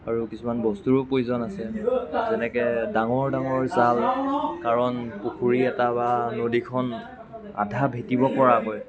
আৰু কিছুমান বস্তুৰো প্ৰয়োজন আছে যেনেকৈ ডাঙৰ ডাঙৰ জাল কাৰণ পুখুৰী এটা বা নদীখন আধা ভেটিব পৰাকৈ